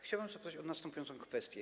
Chciałbym zapytać o następującą kwestię.